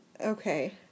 Okay